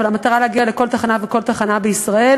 אבל המטרה להגיע לכל תחנה ותחנה בישראל.